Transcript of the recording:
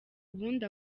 ubundi